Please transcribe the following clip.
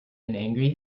angry